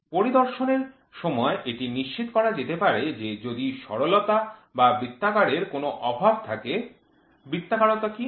পরিদর্শনের সময় এটি নিশ্চিত করা যেতে পারে যে যদি সরলতা বা বৃত্তাকারের কোন অভাব থাকে বৃত্তাকারতা কি